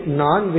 non